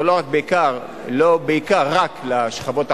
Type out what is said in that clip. או לא רק בעיקר, לא בעיקר רק לשכבות החלשות,